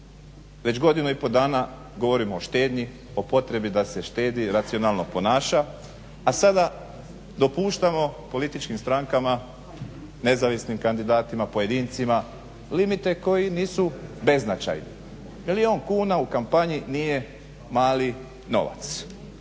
već godinu i pol dana govorimo o štednji, o potrebi da se štedi, racionalno ponaša a sada dopuštamo političkim strankama, nezavisnim kandidatima, pojedincima limite koji nisu beznačajni, milijun kuna u kampanji nije mali novac.